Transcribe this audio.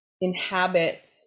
inhabit